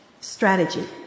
Strategy